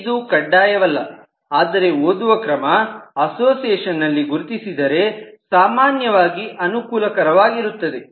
ಇದು ಕಡ್ಡಾಯವಲ್ಲ ಆದರೆ ಓದುವ ಕ್ರಮ ಅಸೋಸಿಯೇಷನ್ ನಲ್ಲಿ ಗುರುತಿಸಿದರೆ ಸಾಮಾನ್ಯವಾಗಿ ಅನುಕೂಲಕರವಾಗಿರುತ್ತದೆ